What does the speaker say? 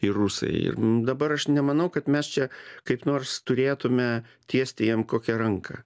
ir rusai ir dabar aš nemanau kad mes čia kaip nors turėtume tiesti jiem kokią ranką